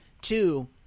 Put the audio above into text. Two